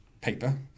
paper